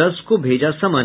दस को भेजा समन